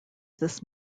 this